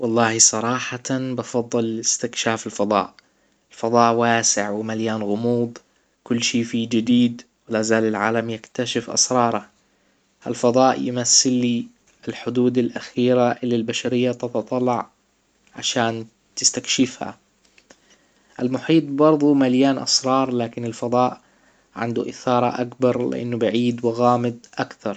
والله صراحة بفضل استكشاف الفضاء الفضاء واسع ومليان غموض كل شي فيه جديد ولازال العالم يكتشف اسراره الفضاء يمثل لي الحدود الاخيرة اللى البشرية تتطلع عشان تسكتشفها المحيط برضو مليان اسرار لكن الفضاء عنده إثارة اكبر لانه بعيد وغامض اكثر